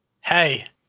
Hey